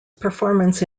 performance